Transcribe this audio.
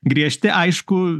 griežti aišku